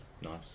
Nice